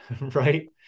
right